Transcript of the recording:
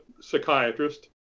psychiatrist